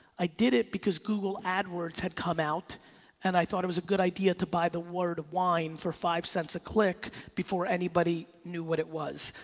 i did it because google ad words had come out and i thought it was a good idea to buy the word wine for five cents a click before anybody knew what it was.